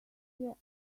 hear